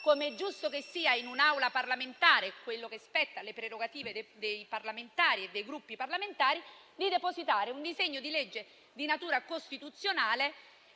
come è giusto che sia in un'Aula parlamentare, per le prerogative dei parlamentari e dei Gruppi parlamentari, di depositare un disegno di legge di natura costituzionale